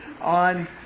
on